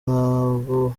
nkabo